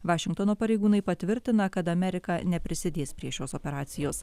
vašingtono pareigūnai patvirtina kad amerika neprisidės prie šios operacijos